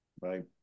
Right